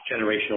generational